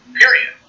period